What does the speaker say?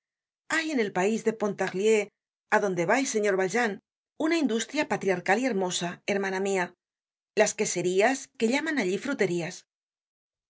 hay en el país de pontarlier adonde vais señor valjean una industria patriarcal y hermosa her mana mia las queserías que llaman allí fruterías